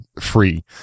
free